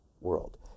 world